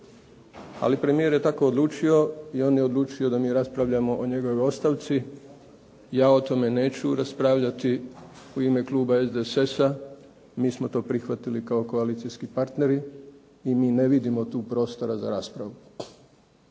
Ali premijer je tako odlučio i on je odlučio da mi raspravljamo o njegovoj ostavci. Ja o tome neću raspravljati u ime kluba SDSS-a, mi smo to prihvatili kao koalicijski partneri i mi ne vidimo tu prostora za raspravu,